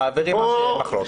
הם מעבירים רק חלק מהחוק.